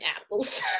apples